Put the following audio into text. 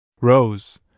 Rose